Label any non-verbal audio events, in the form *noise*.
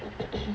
*noise*